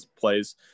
plays